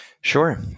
Sure